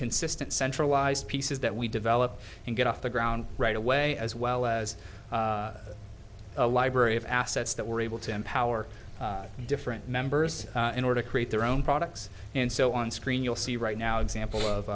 consistent centralized pieces that we develop and get off the ground right away as well as a library of assets that we're able to empower different members in order to create their own products and so on screen you'll see right now example of